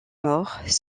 morts